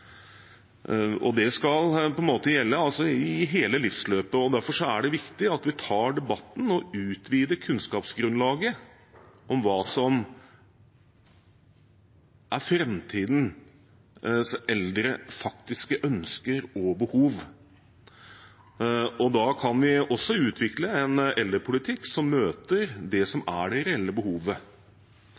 Det skal gjelde i hele livsløpet, derfor er det viktig at vi tar debatten og utvider kunnskapsgrunnlaget for hva som er framtidens eldres faktiske ønsker og behov. Da kan vi også utvikle en eldrepolitikk som møter det reelle behovet. Jeg tror at eldre må få mye større valgfrihet, at det